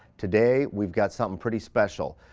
today, we've got something pretty special.